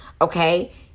Okay